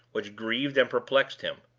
which grieved and perplexed him.